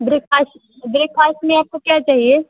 breakfast breakfast में आपको क्या चाहिए